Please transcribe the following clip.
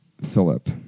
Philip